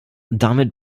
damit